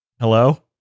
Hello